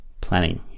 planning